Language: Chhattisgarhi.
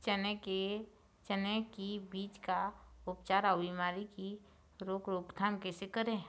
चने की बीज का उपचार अउ बीमारी की रोके रोकथाम कैसे करें?